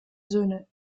söhne